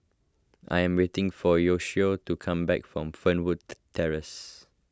I am waiting for Yoshio to come back from Fernwood Terrace